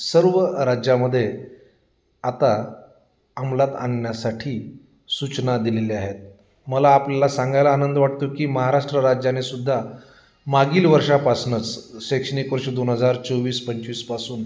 सर्व राज्यामध्ये आता अमलात आणण्यासाठी सूचना दिलेली आहेत मला आपल्याला सांगायला आनंद वाटतो की महाराष्ट्र राज्याने सुद्धा मागील वर्षापासूनच शैक्षणिक वर्ष दोन हजार चोवीस पंचवीसपासून